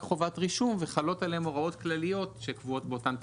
חובת רישום וחלות עליהם הוראות כלליות שקבועות באותן תקנות,